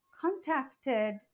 contacted